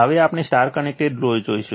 હવે આપણે Y connected load જોઈશું